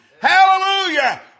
Hallelujah